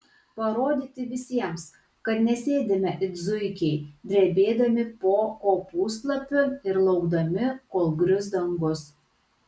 parodyti visiems kad nesėdime it zuikiai drebėdami po kopūstlapiu ir laukdami kol grius dangus